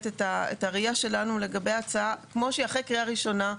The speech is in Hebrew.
הראייה שלנו לגבי ההצעה כמו שהיא אחרי קריאה ראשונה.